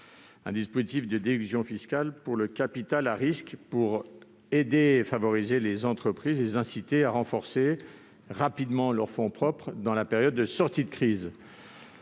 un dispositif de déduction fiscale pour le capital à risque, afin d'aider les entreprises et les inciter à renforcer rapidement leurs fonds propres dans la période de sortie de crise.